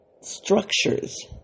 structures